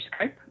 Skype